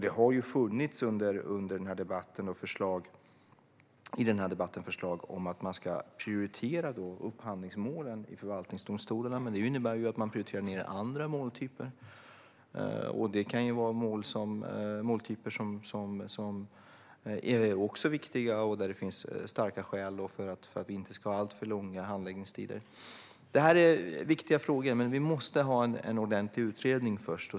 Det har funnits förslag i denna debatt om att man ska prioritera upphandlingsmålen i förvaltningsdomstolarna, men det innebär ju att man prioriterar ned andra måltyper. Det kan vara måltyper som också är viktiga och där det finns starka skäl för att vi inte ska ha alltför långa handläggningstider. Detta är viktiga frågor, men vi måste ha en ordentlig utredning först.